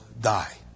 Die